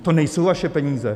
To nejsou vaše peníze!